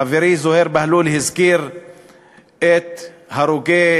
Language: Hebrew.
חברי זוהיר בהלול הזכיר את הרוגי